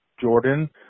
Jordan